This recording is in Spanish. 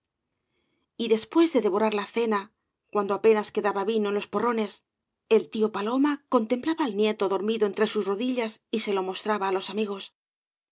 y después de devorar la cena cuando apenas quedaba vino en los porrones el tío paloma contemplaba al nieto dormido entre sus rodillas y se lo mostraba á los amigos